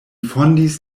fondis